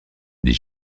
dit